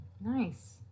nice